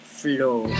flow